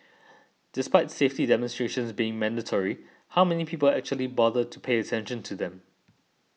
despite safety demonstrations being mandatory how many people actually bother to pay attention to them